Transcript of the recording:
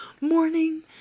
morning